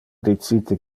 dicite